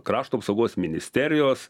krašto apsaugos ministerijos